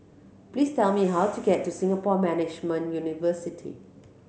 please tell me how to get to Singapore Management University